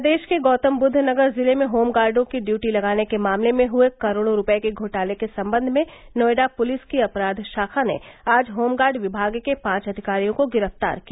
प्रदेश के गौतमबुद्व नगर जिले में होमगाडों की ड्यूटी लगाने के मामले में हुए करोड़ों रुपये के घोटाले के संबंध में नोएडा पुलिस की अपराध शाखा ने आज होमगार्ड विभाग के पांच अधिकारियों को गिरफ्तार किया